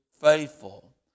faithful